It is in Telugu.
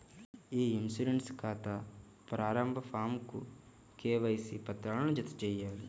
ఇ ఇన్సూరెన్స్ ఖాతా ప్రారంభ ఫారమ్కు కేవైసీ పత్రాలను జతచేయాలి